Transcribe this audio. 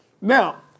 Now